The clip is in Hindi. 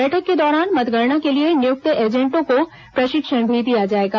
बैठक के दौरान मतगणना के लिए नियुक्त एजेंटों को प्रशिक्षण भी दिया जाएगा